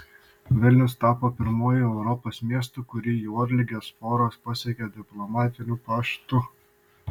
vilnius tapo pirmuoju europos miestu kurį juodligės sporos pasiekė diplomatiniu paštu